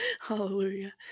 Hallelujah